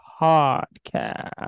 podcast